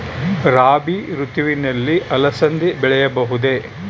ರಾಭಿ ಋತುವಿನಲ್ಲಿ ಅಲಸಂದಿ ಬೆಳೆಯಬಹುದೆ?